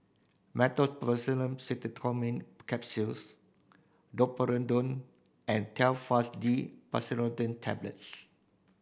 Meteospasmyl Simeticone Capsules Domperidone and Telfast D Pseudoephrine Tablets